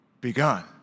begun